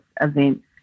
events